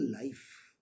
life